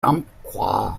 umpqua